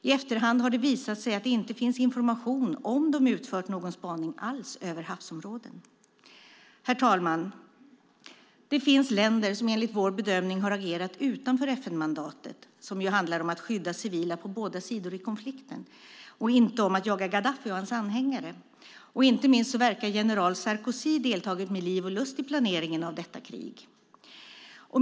I efterhand har det visat sig att det inte finns information om de utfört någon spaning alls över havsområden. Herr talman! Det finns länder som enligt vår bedömning har agerat utanför FN-mandatet, som ju handlar om att skydda civila på båda sidor i konflikten och inte om att jaga Gaddafi och hans anhängare. Inte minst verkar general Sarkozy deltagit med liv och lust i planeringen av detta krig.